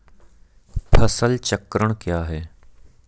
फसल चक्रण क्या है?